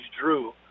Drew